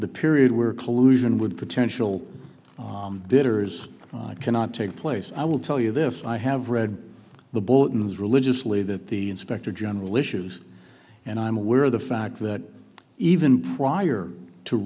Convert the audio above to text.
the period where collusion with potential bidders cannot take place i will tell you this i have read the boatman's religiously that the inspector general issues and i'm aware of the fact that even prior to